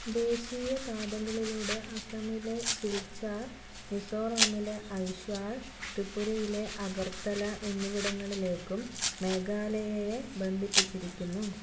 ദേശീയ പാതകളിലൂടെ ആസ്സാമിലെ സിൽച്ചാർ മിസോറാമിലെ ഐഷ്വാൾ ത്രിപുരയിലെ അഗർത്തല എന്നിവിടങ്ങളിലേക്കും മേഘാലയയെ ബന്ധിപ്പിച്ചിരിക്കുന്നു